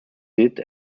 did